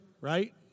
right